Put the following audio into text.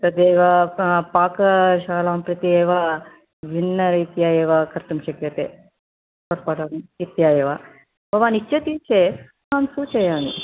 तदेव पाकशालां प्रति एव भिन्नरीत्या एव कर्तुं शक्यते तत् फलम् इत्येव भवान् इच्छति चेत् अहं सूचयामि